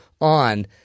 on